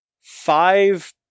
five